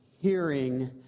hearing